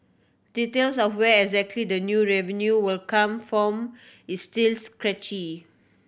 details of where exactly the new revenue will come form is still sketchy